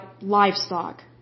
livestock